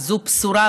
זו בשורה.